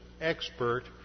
expert